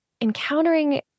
encountering